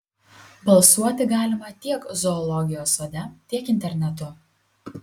balsuoti galima tiek zoologijos sode tiek internetu